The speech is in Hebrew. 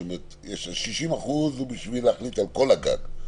זאת אומרת שיש 60% כדי להחליט על כל הגג,